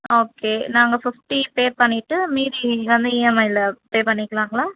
okay நாங்கள் fifty pay பண்ணிவிட்டு மீதி வந்து இஎம்ஐயில பே பண்ணிக்கிலாங்களா